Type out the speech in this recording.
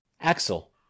Axel